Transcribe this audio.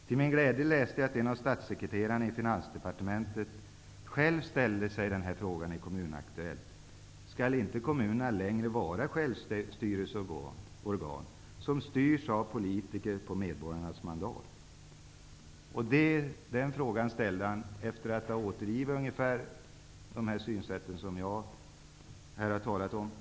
Till min glädje läste jag att en av statssekreterarna i Finansdepartementet själv ställde sig följande fråga i Kommunaktuellt: Skall kommunerna inte längre vara självstyrelseorgan, som styrs av politiker på medborgarnas mandat? Den frågan ställde han efter att ha återgett synsätt av ungefär den typ som jag här har talat om.